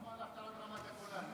למה הלכת עד רמת הגולן?